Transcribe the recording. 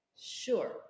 Sure